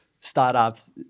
startups